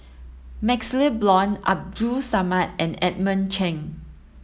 MaxLe Blond Abdul Samad and Edmund Cheng